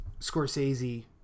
Scorsese